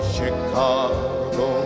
Chicago